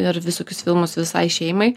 ir visokius filmus visai šeimai